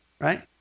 right